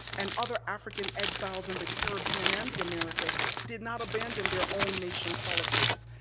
and other african exiles in the caribbean and the americas did not abandon their own nation politics.